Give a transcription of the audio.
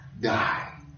die